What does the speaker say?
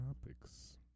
topics